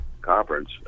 conference